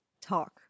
talk